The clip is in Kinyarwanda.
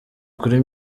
kuri